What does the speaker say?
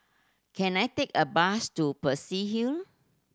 can I take a bus to Peirce Hill